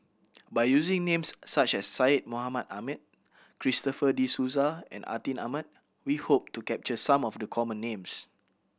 by using names such as Syed Mohamed Ahmed Christopher De Souza and Atin Amat we hope to capture some of the common names